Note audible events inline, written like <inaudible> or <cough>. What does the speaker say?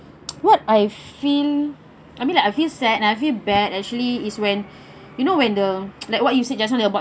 what I feel I mean like I feel sad I feel bad actually is when you know when the <noise> like what you said just now the what